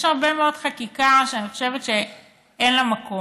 יש הרבה מאוד חקיקה שאני חושבת שאין לה מקום.